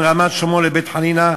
בין רמת-שלמה לבית-חנינא,